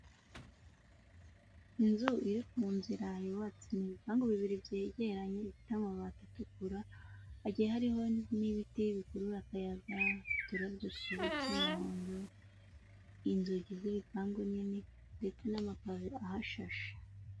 Inzu iri ku nzira yubatse. Ni ibipangu bibiri byegeranye bifite amabati atukura, hagiye hariho n'ibiti bikurura akayaga, uturabyo twiza tw'umuhondo, inzugi z'ibipangu nini, ndetse n'amapave ahashashe.